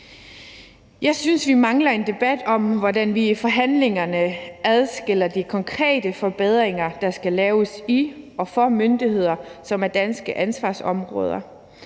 Jeg synes, vi mangler en debat om, hvordan vi i forhandlingerne adskiller de konkrete forbedringer, der skal laves i og for myndigheder, som er på danske ansvarsområder,